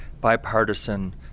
bipartisan